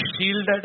shielded